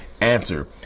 answer